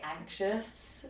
anxious